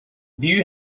view